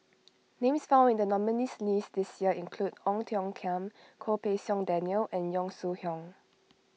names found in the nominees' list this year include Ong Tiong Khiam Goh Pei Siong Daniel and Yong Shu Hoong